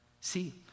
See